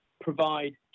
provide